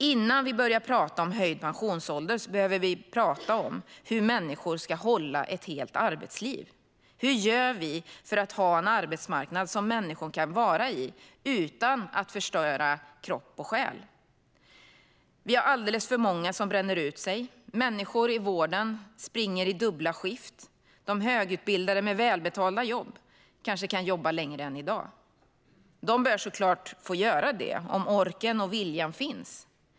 Innan vi börjar prata om höjd pensionsålder behöver vi prata om hur människor ska hålla ett helt arbetsliv. Hur gör vi för att ha en arbetsmarknad som människor kan vara på utan att förstöra kropp eller själ? Vi har alldeles för många som bränner ut sig. Människor i vården springer i dubbla skift. De högutbildade med välbetalda jobb kanske kan jobba längre än i dag. De bör såklart få göra det om orken och viljan finns.